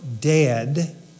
dead